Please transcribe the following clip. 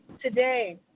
today